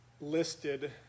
listed